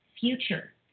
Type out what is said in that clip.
future